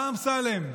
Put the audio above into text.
אה, אמסלם?